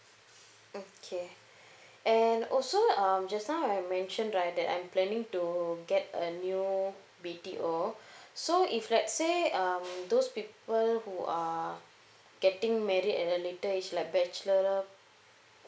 mm okay and also um just now I mentioned right that I'm planning to get a new B_T_O so if let's say um those people who are getting married at a later age like bachelorette